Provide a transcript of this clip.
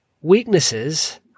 weaknesses